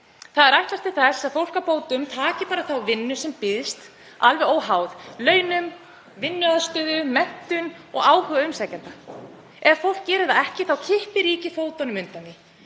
þessi: Ætlast er til að fólk á bótum taki þá vinnu sem býðst alveg óháð launum, vinnuaðstöðu, menntun og áhuga umsækjanda. Ef fólk gerir það ekki þá kippir ríkið fótunum undan því.